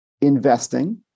investing